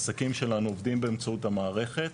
העסקים שלנו עובדים באמצעות המערכת,